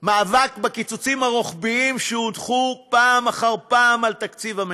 מאבק בקיצוצים הרוחביים שהושתו פעם אחר פעם על תקציב המדינה.